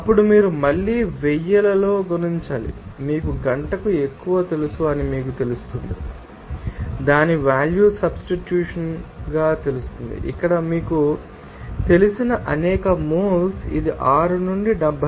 అప్పుడు మీరు మళ్ళీ 1000 లలో గుణించాలి మీకు గంటకు ఎక్కువ తెలుసు అని మీకు తెలుస్తుంది దాని వాల్యూ సబ్స్టిట్యూషన్ గా మీకు తెలుసు ఇక్కడ మీకు తెలిసిన అనేక మోల్స్ ఇది 6 నుండి 72